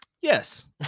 Yes